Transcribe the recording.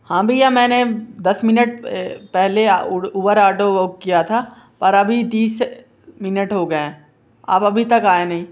हाँ भैया मैने दस मिनट पहले उबर ऑडो बुक किया था पर अभी तीस मिनट हो गए हैं आप अभी तक आएँ नहीं